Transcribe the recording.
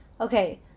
Okay